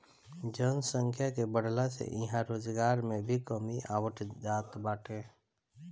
जनसंख्या के बढ़ला से इहां रोजगार में भी कमी आवत जात बाटे